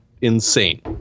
insane